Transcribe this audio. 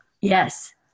yes